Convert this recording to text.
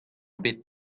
ebet